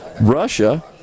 Russia